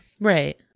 Right